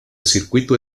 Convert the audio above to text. circuito